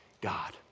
God